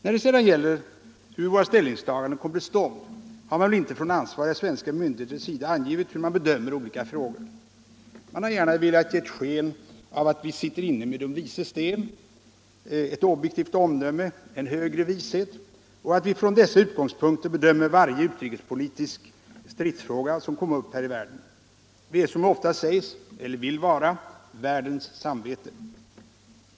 När det sedan gäller hur våra ställningstaganden kommer till stånd har man väl inte från ansvariga svenska myndigheters sida angivit hur man bedömer olika frågor. Man har gärna velat ge sken av att vi sitter inne med de vises sten, ett objektivt omdöme, en högre vishet, och att vi från dessa utgångspunkter bedömer varje utrikespolitisk stridsfråga som kommer upp här i världen. Vi är — eller vill vara — världens samvete, som det ofta heter.